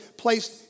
placed